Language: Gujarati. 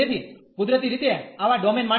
તેથી કુદરતી રીતે આવા ડોમેન માટે